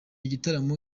gitaramo